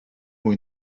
mwy